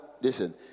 listen